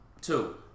Two